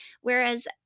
whereas